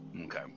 Okay